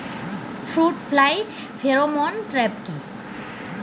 Fruit fly pheromone trap কি?